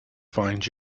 find